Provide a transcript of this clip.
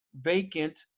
vacant